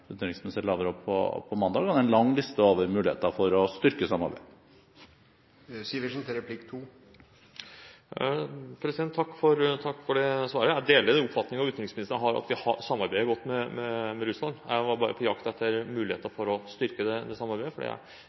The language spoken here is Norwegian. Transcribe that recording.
utenriksminister Lavrov på mandag – og har en lang liste over muligheter for å styrke samarbeidet. Takk for svaret. Jeg deler utenriksministerens oppfatning om at vi samarbeider godt med Russland. Jeg var bare på jakt etter muligheter for å styrke samarbeidet, for jeg oppfatter kanskje at det mangler litt systematikk, og oppfatter ikke at det